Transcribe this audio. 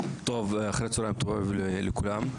טוב, אחרי צהרים טובים לכולם.